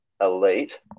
elite